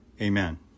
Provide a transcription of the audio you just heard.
Amen